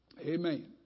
Amen